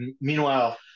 meanwhile